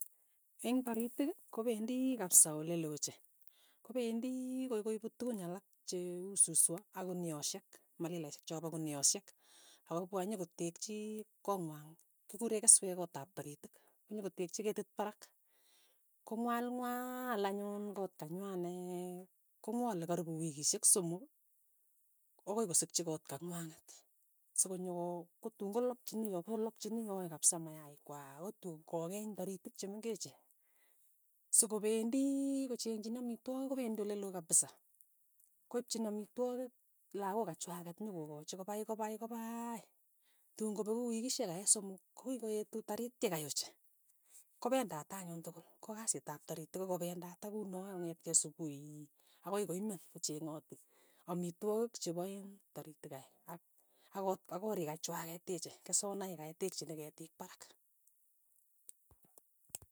Eng' taritik, kopendi kapsa ole loo ochei, kopendii koi koipu tukun alak che uu suswo, ak kunioshek, malila chopo kunioshek, akopwa nyokotekchi koo ng'wai, kikure keswet koot ap taritik, nyokotekchi ketiit parak, kong'wal ng'wal anyun koot kanywaneet kong'wale karipu wikishek somok, akoi kosikchi koot kang'wanget, sokonyoo kotun kolakchini yoe, lakchini yoe kapsa mayiak kwai akoi tuun kokeny taritik che mengechen, sokopendii kochengchini amitwokik. mkopendi ole loo kapisa, koipchini amitwokik lakok kachwaket nyokokachi kopai kopai kopaiii, tun kopeku wikishek kai somok, ko kikoetu tarityet kai ochei, kopendate anyun tukul, ko kasit ap taritik ko kopendat akuu noe kong'etkee supuhi akoi koimen, kocheng'ati amitwokik chepaeen taritik kei ak kot ak korik ka chwaket, teche tekchini ketiik parak.